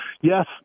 yes